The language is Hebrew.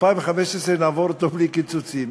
2015, נעבור אותה בלי קיצוצים.